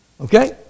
Okay